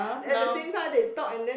at the same time they talk and then